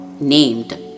named